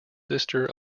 sister